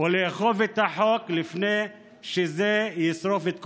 ולאכוף את החוק, לפני שזה ישרוף את כולנו.